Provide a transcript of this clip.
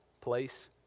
place